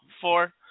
Four